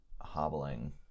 hobbling